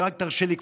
ורק תרשה לי,